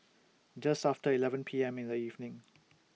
Just after eleven P M in The evening